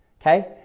okay